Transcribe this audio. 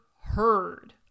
heard